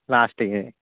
last ఇగే